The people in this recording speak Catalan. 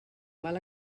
mal